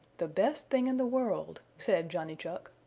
the best thing in the world, said johnny chuck.